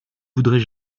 voudrais